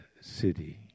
city